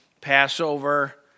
Passover